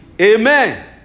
Amen